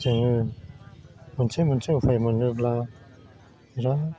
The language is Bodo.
जोङो मोनसे मोनसे उफाय मोनोब्ला बेराद